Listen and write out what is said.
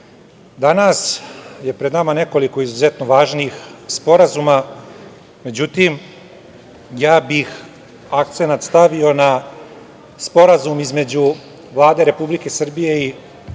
danas je pred nama nekoliko izuzetno važnih sporazuma, međutim ja bih akcenat stavio na Sporazum između Vlada Republike Srbije i Vlade